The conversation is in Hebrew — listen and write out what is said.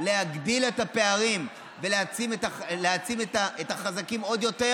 להגדיל את הפערים ולהעצים את החזקים עוד יותר,